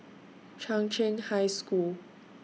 Chung Cheng High School